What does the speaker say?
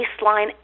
baseline